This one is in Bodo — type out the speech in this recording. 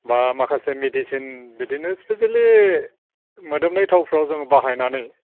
बा माखासे मिडिसिन बिदिनो स्पेसियेलि मोदोमनाय थावफ्राव जों बाहायनानै